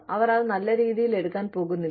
അവർ അത് നല്ല രീതിയിൽ എടുക്കാൻ പോകുന്നില്ല